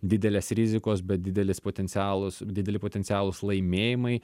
didelės rizikos bet didelis potencialus dideli potencialūs laimėjimai